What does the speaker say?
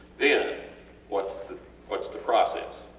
then whats the whats the process?